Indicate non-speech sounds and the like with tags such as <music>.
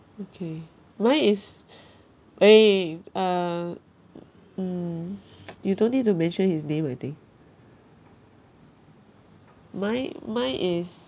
okay mine is eh uh mm <noise> you don't need to mention his name I think mine mine is